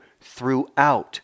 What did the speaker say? throughout